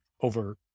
over